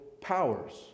powers